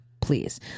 please